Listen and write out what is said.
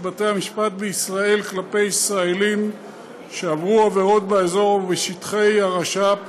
בתי-המשפט בישראל כלפי ישראלים שעברו עבירות באזור או בשטחי הרש"פ,